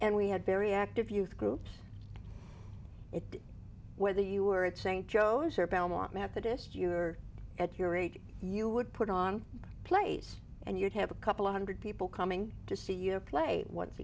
and we had very active youth groups it whether you were at st joe's or belmont methodist you were at your age you would put on plays and you'd have a couple of hundred people coming to see your play once